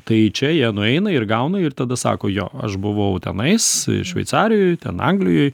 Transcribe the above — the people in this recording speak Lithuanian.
tai čia jie nueina ir gauna ir tada sako jo aš buvau tenais šveicarijoj ten anglijoj